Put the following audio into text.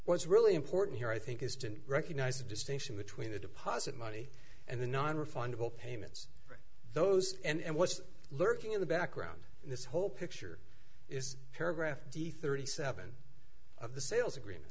what's really important here i think is to recognise the distinction between the deposit money and the nonrefundable payments for those and what's lurking in the background in this whole picture is paragraph d thirty seven of the sales agreement